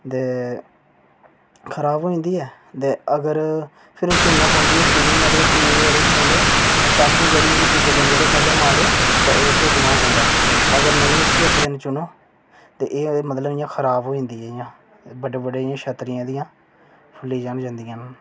ते खराब होई जंदी ऐ ते अगर फिर ओह् चुनना पौंदी ऐ ते चुनियै ते फ्ही एह् जेह्ड़ी मतलब पैकिंग जेह्ड़ी दूए दिन मतलब एह् माल भेजना पौंदा अगर नेईं इसी इक्क दिन चुनो ते एह् मतलब खराब होई जंदी इं'या ते बड्डी बड्डी छतरी एह्दियां फुल्ली जन जंदियां न